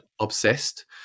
obsessed